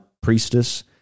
priestess